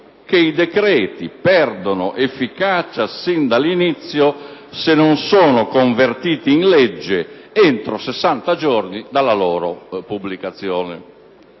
che: «I decreti perdono efficacia sin dall'inizio, se non sono convertiti in legge entro sessanta giorni dalla loro pubblicazione.